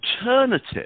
alternative